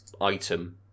item